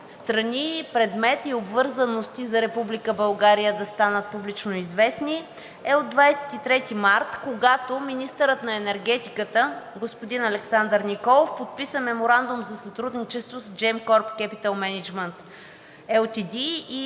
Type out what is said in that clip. страни, предмети и обвързаности за Република България да станат публично известни, е от 23 март, когато министърът на енергетиката господин Александър Николов подписа Меморандум за сътрудничество с Gemcorp Capital Management Ltd